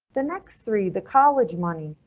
the next three the college money,